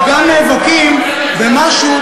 אבל גם נאבקים במשהו,